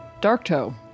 Darktoe